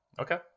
okay